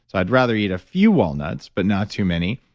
so i'd rather eat a few walnuts but not too many,